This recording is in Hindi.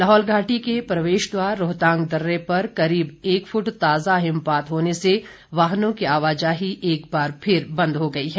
लाहौल घाटी के प्रवेश द्वार रोहतांग दर्रे पर करीब एक फुट ताजा हिमपात होने से वाहनों की आवाजाही बंद हो गई है